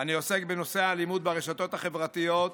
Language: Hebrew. אני עוסק בנושא האלימות ברשתות החברתיות